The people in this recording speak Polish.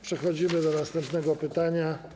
Przechodzimy do następnego pytania.